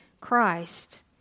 Christ